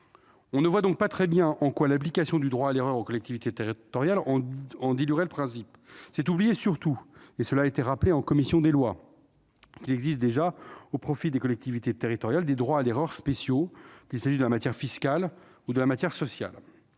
On ne voit donc pas très bien en quoi l'application du droit à l'erreur aux collectivités territoriales en diluerait le principe. C'est oublier surtout, et cela a été rappelé en commission des lois, qu'il existe déjà au profit des collectivités territoriales des droits à l'erreur spéciaux en matière fiscale et sociale.